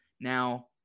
now